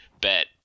bet